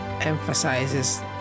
emphasizes